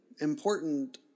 important